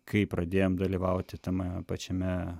kai pradėjom dalyvauti tame pačiame